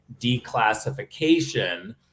declassification